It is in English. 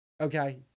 Okay